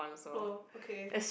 oh okay